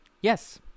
yes